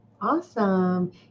Awesome